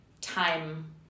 time